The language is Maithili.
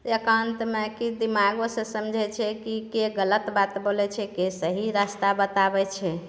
एकांतमे किछु दिमागोसँ समझैत छै कि केँ गलत बात बोलै छै केँ सही रास्ता बताबैत छै